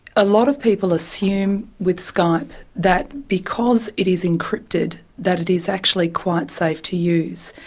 a lot of people assume with skype that because it is encrypted that it is actually quite safe to use.